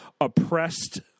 oppressed